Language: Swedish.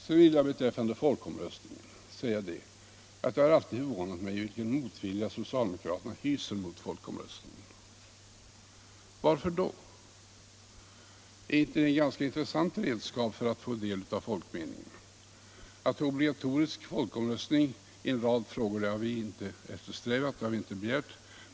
Så vill jag säga att det alltid har förvånat mig vilken motvilja socialdemokraterna hyser mot folkomröstning. Varför har de den inställningen? Är inte folkomröstningen ett ganska intressant redskap för att få del av folkmeningen? Obligatorisk folkomröstning i en rad frågor har vi inte begärt.